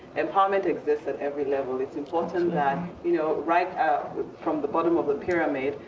empowerment exists at every level. it's important that you know right um from the bottom of the pyramid,